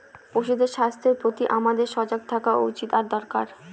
পশুদের স্বাস্থ্যের প্রতি আমাদের সজাগ থাকা উচিত আর দরকার